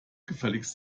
gefälligst